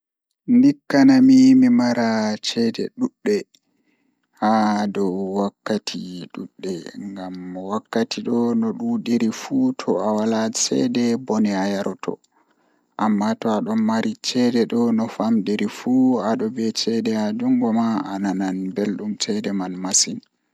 Ndikkanami mi mara ceede ɗuɗɗi haa dow wakkati duɗde ngam wakkati ɗo no ɗuuɗiri fuu to awala ceede ni ɗum bone ayarato amma to aɗon mari ceede no wakkati man famɗiri fuu to aɗon mari cede ananan belɗum ceede man masin